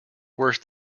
worse